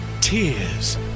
Tears